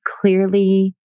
clearly